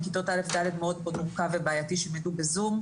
כתות א'-ד' מאוד מורכב ובעייתי שהם ילמדו בזום.